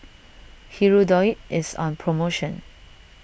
Hirudoid is on Promotion